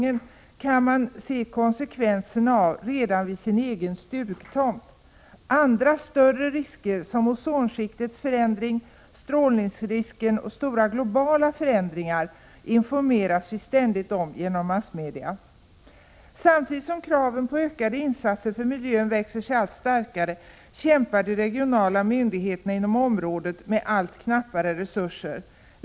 Man kan redan vid sin egen stugtomt se konsekvenserna av försurningen och vattenförstöringen. Andra, större risker som ozonskiktets förändring, strålningsrisken och stora globala förändringar informeras vi ständigt om genom massmedia. Samtidigt som kraven på ökade insatser för miljön växer sig allt starkare, kämpar de regionala myndigheterna inom området med allt knappare resurser.